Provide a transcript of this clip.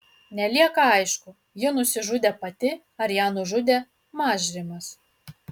nelieka aišku ji nusižudė pati ar ją nužudė mažrimas